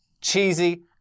cheesy